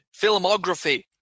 filmography